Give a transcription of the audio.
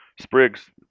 sprigs